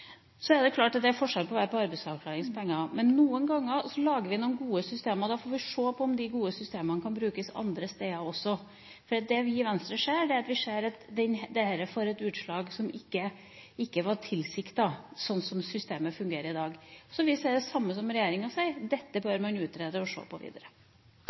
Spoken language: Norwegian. Så er det klart at det er forskjell på å være på arbeidsavklaringspenger og det å være på uføretrygd. Men noen ganger lager vi noen gode systemer, og da får vi se på om de gode systemene også kan brukes andre steder. Vi i Venstre ser at dette får et utslag som ikke var tilsiktet, slik som systemet fungerer i dag. Så vi sier det samme som regjeringen sier: Dette bør man utrede og se på videre.